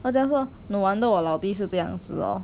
我讲说 no wonder 我老弟是这样子 lor